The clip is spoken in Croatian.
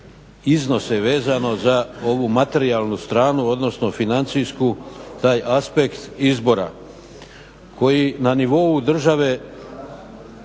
iznose vezano za ovu materijalnu stranu, odnosno financijsku, taj aspekt izbora koji na nivou države imaju